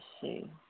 see